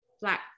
black